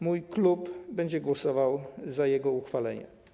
Mój klub będzie głosował za jego uchwaleniem.